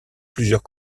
plusieurs